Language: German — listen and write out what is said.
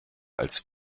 als